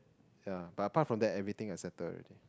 yeah but apart from that everything I settle already